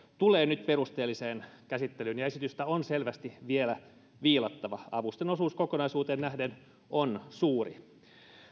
tulee nyt perusteelliseen käsittelyyn ja esitystä on selvästi vielä viilattava avustusten osuus kokonaisuuteen nähden on suuri